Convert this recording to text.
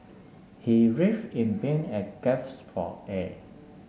he writhed in pain and gasped for air